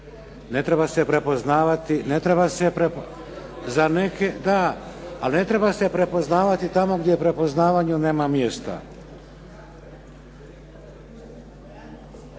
Ne treba se prepoznavati, tamo gdje prepoznavanju nema mjesta.